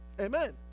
amen